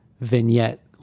vignette